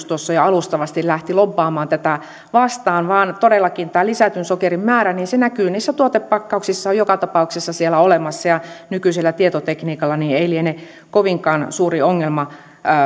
tuossa jo alustavasti lähti lobbaamaan tätä vastaan vaan todellakin tämä lisätyn sokerin määrä näkyy niissä tuotepakkauksissa se on joka tapauksessa siellä olemassa ja nykyisellä tietotekniikalla ei liene kovinkaan suuri ongelma